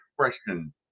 expression